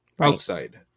outside